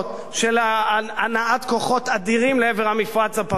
של הנעת כוחות אדירים לעבר המפרץ הפרסי,